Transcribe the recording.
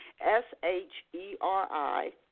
S-H-E-R-I